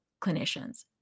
clinicians